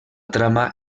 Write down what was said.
trama